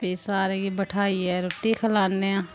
फ्ही सारें गी बठाइयै रुट्टी खलान्ने आं